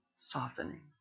Softening